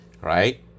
right